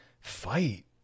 fight